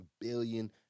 billion